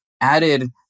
added